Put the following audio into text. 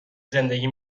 زندگی